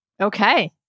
Okay